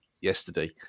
yesterday